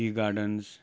tea gardens